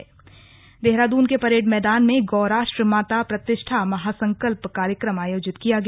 slug गौ राष्ट्रमाता देहरादून के परेड मैदान में गौराष्ट्र माता प्रतिष्ठा महासंकल्प कार्यक्रम आयोजित किया गया